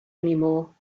anymore